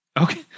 Okay